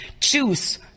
choose